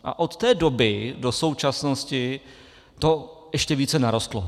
A od té doby do současnosti to ještě více narostlo.